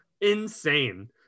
insane